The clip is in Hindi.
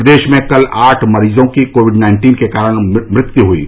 प्रदेश में कल आठ मरीजों की कोविड नाइन्टीन के कारण मृत्यु हुयी